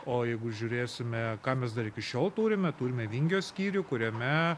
o jeigu žiūrėsime ką mes dar iki šiol turime turime vingio skyrių kuriame